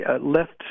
left